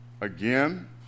again